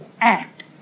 act